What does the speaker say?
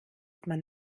man